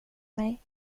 mig